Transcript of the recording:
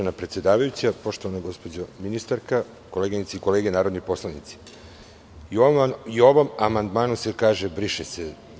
Uvažena predsedavajuća, poštovana gospođo ministarka, koleginice i kolege narodni poslanici, i u ovom amandmanu se kaže – briše se.